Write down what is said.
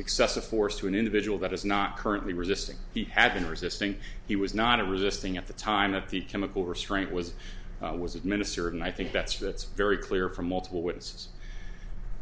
excessive force to an individual that is not currently resisting he had been resisting he was not resisting at the time that the chemical restraint was was administered and i think that's that's very clear from multiple witnesses